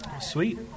Sweet